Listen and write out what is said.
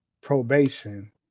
probation